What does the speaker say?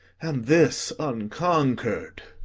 and this unconquered?